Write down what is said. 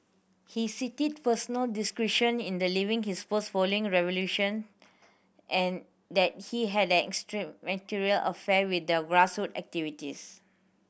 he cited personal discretion in the leaving his post following revelation and that he had an extramarital affair with the grass root activists